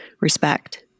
respect